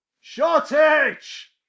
shortage